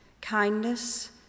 kindness